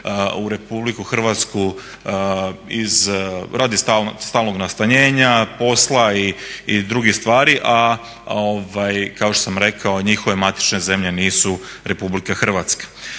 u RH iz, radi stalnog nastanjenja, posla i drugih stvari a kao što sam rekao njihove matične zemlje nisu RH.